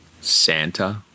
Santa